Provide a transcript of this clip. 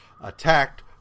attacked